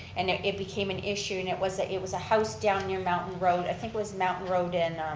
and it it became an issue, and it was ah it was a house down near mountain road, i think it was mountain road and